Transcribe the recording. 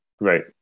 Right